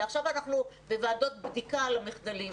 עכשיו אנחנו בוועדות בדיקה על המחדלים.